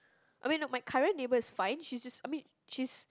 I mean my current neighbor is fine she's just I mean she's